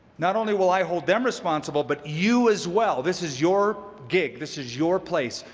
not only will i hold them responsible, but you as well. this is your gig. this is your place.